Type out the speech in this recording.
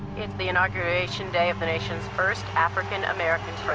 the inauguration day of the nation's first african-american